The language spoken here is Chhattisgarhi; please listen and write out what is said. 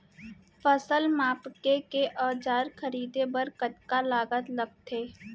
फसल मापके के औज़ार खरीदे बर कतका लागत लगथे?